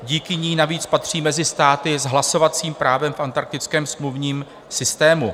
Díky ní navíc patří mezi státy s hlasovacím právem v Antarktickém smluvním systému.